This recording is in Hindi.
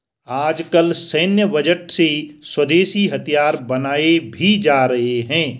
आजकल सैन्य बजट से स्वदेशी हथियार बनाये भी जा रहे हैं